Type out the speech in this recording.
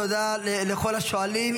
תודה לכל השואלים.